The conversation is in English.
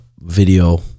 video